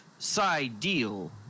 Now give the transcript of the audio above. Side-deal